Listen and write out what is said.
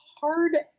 hard